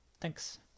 thanks